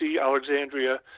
Alexandria